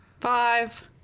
Five